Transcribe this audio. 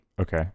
Okay